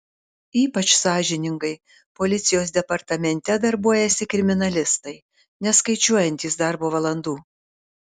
ypač sąžiningai policijos departamente darbuojasi kriminalistai neskaičiuojantys darbo valandų